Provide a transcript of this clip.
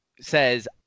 says